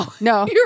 no